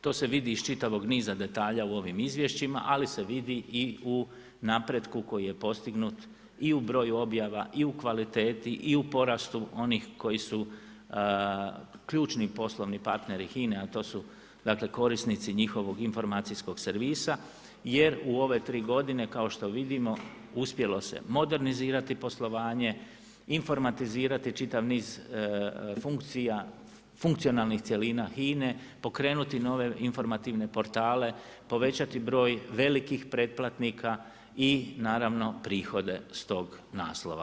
To se vidi iz čitavog niza detalja u ovim izvješćima ali se vidi i u napretku koji je postignut i u broju objava i u kvaliteti i u porastu onih koji su ključni poslovni partneri HINA-e a to su korisnici njihovog informacijskog servisa jer u ove tri godine kao što vidimo uspjelo se modernizirati poslovanje, informatizirati čitav niz funkcionalnih cjelina HINA-e, pokrenuti nove informativne portale, povećati broj velikih pretplatnika i naravno, prihode s tog naslova.